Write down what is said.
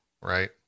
right